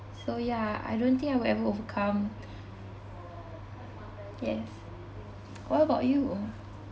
so ya I don't think I will ever overcome yes what about you